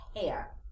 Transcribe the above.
hair